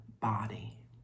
body